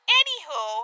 Anywho